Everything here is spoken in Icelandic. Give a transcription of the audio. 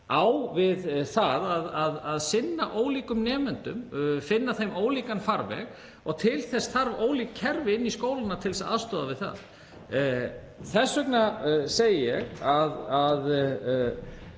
á við það að sinna ólíkum nemendum og finna þeim ólíkan farveg. Til þess þarf ólík kerfi inn í skólana, til þess að aðstoða við það. Til þess að